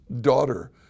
daughter